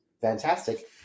fantastic